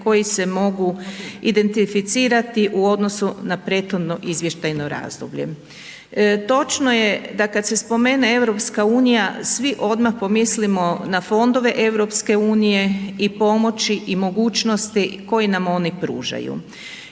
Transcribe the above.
koji se mogu identificirati u odnosu na prethodno izvještajno razdoblje. Točno je da kad se spomene EU svi odmah pomislimo na fondove EU i pomoći i mogućnosti koji nam oni pružaju,